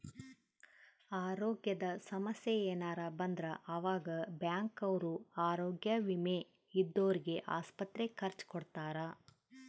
ಅರೋಗ್ಯದ ಸಮಸ್ಸೆ ಯೆನರ ಬಂದ್ರ ಆವಾಗ ಬ್ಯಾಂಕ್ ಅವ್ರು ಆರೋಗ್ಯ ವಿಮೆ ಇದ್ದೊರ್ಗೆ ಆಸ್ಪತ್ರೆ ಖರ್ಚ ಕೊಡ್ತಾರ